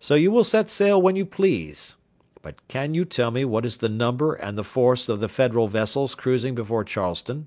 so you will set sail when you please but can you tell me what is the number and the force of the federal vessels cruising before charleston?